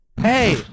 Hey